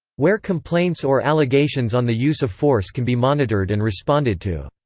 where complaints or allegations on the use of force can be monitored and responded to.